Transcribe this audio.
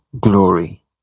glory